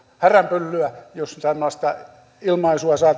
häränpyllyä jos tällaista ilmaisua saa